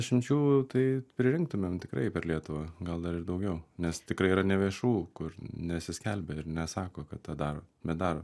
išimčių tai pririnktumėm tikrai per lietuvą gal dar ir daugiau nes tikrai yra neviešų kur nesiskelbia ir nesako kad tą daro bet daro